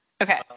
okay